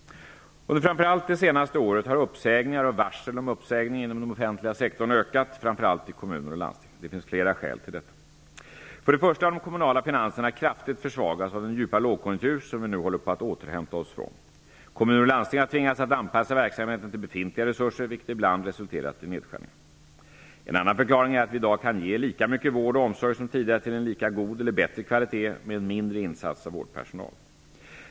Under framför allt det senaste året har uppsägningar och varsel om uppsägning inom den offentliga sektorn ökat, framför allt i kommuner och landsting. Det finns flera skäl till detta. De kommunala finanserna har kraftigt försvagats av den djupa lågkonjunktur som vi nu håller på att återhämta oss från. Kommuner och landsting har tvingats att anpassa verksamheten till befintliga resurser, vilket ibland resulterat i nedskärningar. En annan förklaring är att vi i dag kan ge lika mycket vård och omsorg som tidigare till en lika god eller bättre kvalitet med en mindre insats av vårdpersonal.